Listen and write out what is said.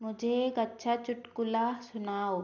मुझे एक अच्छा चुटकुला सुनाओ